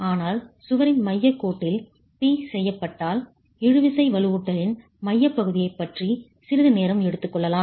ஆனால் சுவரின் மையக் கோட்டில் P செயல்பட்டால் இழுவிசை வலுவூட்டலின் மையப்பகுதியைப் பற்றி சிறிது நேரம் எடுத்துக்கொள்ளலாம்